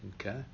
okay